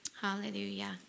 hallelujah